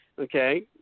okay